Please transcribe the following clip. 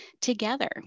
together